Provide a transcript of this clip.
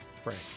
Frank